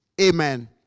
amen